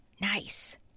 Nice